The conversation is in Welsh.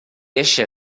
eisiau